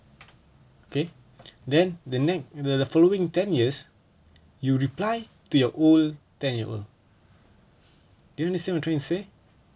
okay then the ne~ the following ten years you reply to your old ten-year-old do you understand what I trying to say